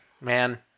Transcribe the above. man